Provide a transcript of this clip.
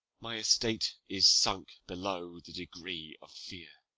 my estate is sunk below the degree of fear